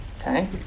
Okay